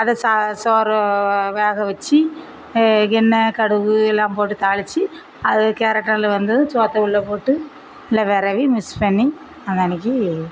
அதை சா சோறு வேக வச்சு எண்ணெய் கடுகு எல்லாம் போட்டு தாளித்து அது கேரட்டு அதில் வந்து சோற்றை உள்ளே போட்டு நல்லா விரைவி மிக்ஸ் பண்ணி அதை அன்றைக்கி